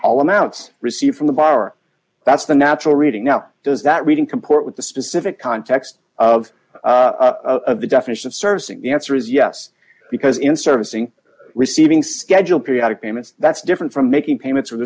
all amounts received from the buyer that's the natural reading now does that reading comport with the specific context of of the definition of service and the answer is yes because in servicing receiving schedule periodic payments that's different from making payments with